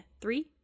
three